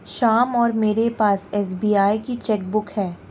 श्याम और मेरे पास एस.बी.आई की चैक बुक है